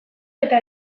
eta